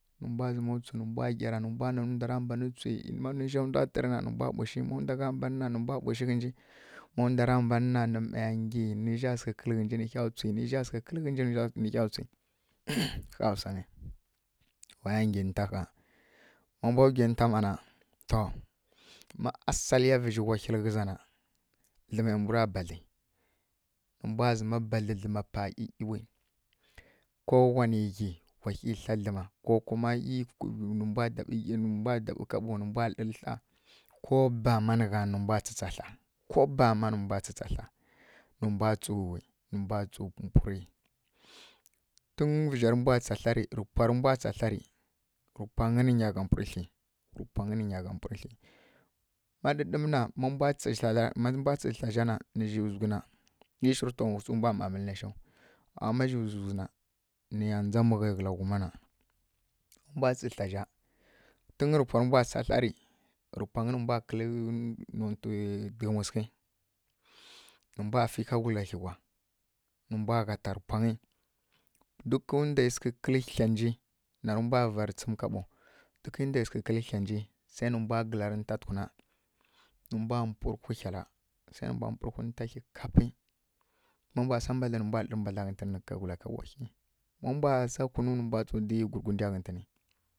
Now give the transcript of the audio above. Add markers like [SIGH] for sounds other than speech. Nǝ mbwa zǝma tsǝwi nǝ mbwa nggyara nǝ mbwa nanǝ ndwara mban twsi, má nǝ njá ndwa tǝrǝ na, nǝ mbwa ɓushi, má ndwa gha mban na nǝ mbwa ɓushi ghǝnji. Ma ndwara mban na nǝ mmaiya ngyi nǝ nja sǝghǝ kǝ́lǝ́ nji nǝ hya tswi, nǝ nja sǝghǝ kǝ́lǝ́ ghǝnji nǝ hya [NOISE] ƙha wsangǝ wa ya nggyi nǝ nta ƙha ma mbwa gwi nǝ nta mma na. To ma asaliya vǝzhi wahilǝ mma na dlǝmai mbura badlyi, nǝ mbwa zǝma badlyi dlǝma pa ˈyi ˈyiwi ko wanai ghyi wa hyi thla [HESITATION] dlǝma ko kuma nǝ mbwa ɗaɓǝ kaɓowi nǝ mbwa lǝrǝ thla. Ko bama nǝ gha nǝ, nǝ mbwa tsǝ tsa thla, ko bama nǝ mbwa tsǝ tsa thla, nǝ mbwa tsǝw nǝ mbwa tsǝw mpu mpurǝ. Tun vǝzharǝ mbwa tsa thlarǝ rǝ pwarǝ mbwa tsa thla rǝ, rǝ pwangǝ nǝ nya gha mpurǝ thyi, rǝ pwangǝ nǝ nya gha mpurǝ thyi. Má ɗǝɗǝmǝ na, má mbwa tsǝ [HESITATION] má rǝ mbwa tsǝ thla zhá nǝ zhi zughǝ na, zhi shirǝ panai mbwa mma mǝlǝw nai shaw. Ama ma zhi zughǝ na nǝ ya ndza mughyai kǝla ghuma na rǝ mbwa tsǝ thla zha tun rǝ pwarǝ mbwa tsa thla rǝ, rǝ pwangǝ mbwa kǝlǝ nontǝ dǝghǝmwi sǝghǝ nǝ mbwa fǝ kagula hyi kwa, nǝ mbwa gha nta rǝ pwangǝ dukǝ ndwai sǝghǝ kǝ́lǝ́ hya nji nai mbwa vara tsǝm kaɓo dukǝ ndai sǝghǝ kǝ́lǝ́ thla nji sai nǝ mbwa sǝghǝ kǝ́lǝ́ nta tukuna, nǝ mbwa mpurǝ hwi nta [HESITATION] má mbwa sa mbandli nǝ mbwa lǝrǝ mbandla ghǝtǝn nǝ kagula kaɓo hyi, ma mbwa sa kunu nǝ mbwa tsǝw lǝrǝ gurgundya ghǝtǝn.